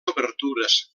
obertures